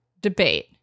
debate